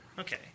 Okay